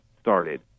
started